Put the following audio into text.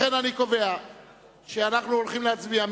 לכן, אני קובע שאנחנו הולכים להצביע.